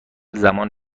زمان